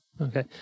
Okay